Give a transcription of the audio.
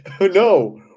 No